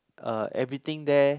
uh everything there